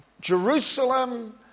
Jerusalem